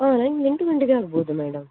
ಹಾಂ ನನ್ಗೆ ಎಂಟು ಗಂಟೆಗೆ ಆಗ್ಬೋದು ಮೇಡಮ್